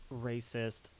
racist